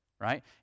right